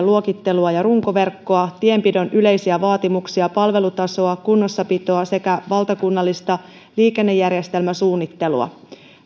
luokittelua ja runkoverkkoa tienpidon yleisiä vaatimuksia palvelutasoa kunnossapitoa sekä valtakunnallista liikennejärjestelmäsuunnittelua